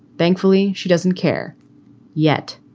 thankfully, she doesn't care yet.